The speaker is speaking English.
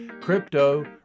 Crypto